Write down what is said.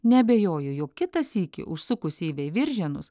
neabejoju jog kitą sykį užsukusi į veiviržėnus